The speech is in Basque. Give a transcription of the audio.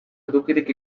edukirik